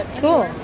cool